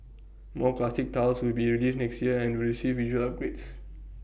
more classic titles will be released next year and receive visual upgrades